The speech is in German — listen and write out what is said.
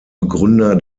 begründer